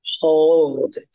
Hold